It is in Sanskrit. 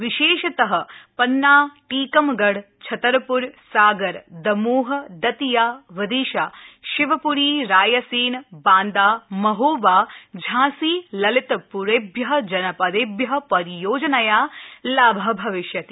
विशेषतः पन्ना टीकमगढ छतरप्र सागर दमोह दतिया विदिशा शिवप्री रायसेन बांदा महोबा झांसी ललितपुरेभ्यः जनपदेभ्यः परियोजनया लाभ भविष्यति